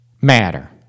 matter